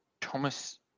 Thomas